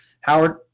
Howard